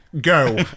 Go